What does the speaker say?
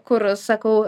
kur sakau